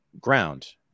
ground